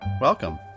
Welcome